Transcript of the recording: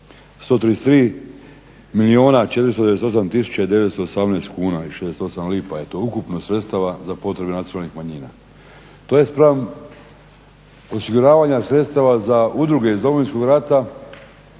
133 milijuna 498 tisuća i 918 kuna i 68 lipa je to ukupno sredstava za potrebe nacionalnih manjina. To je spram osiguravanja sredstava za udruge iz Domovinskog rata